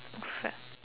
fact